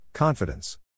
Confidence